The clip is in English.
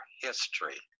history